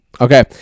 okay